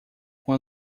com